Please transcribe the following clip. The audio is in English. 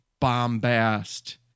bombast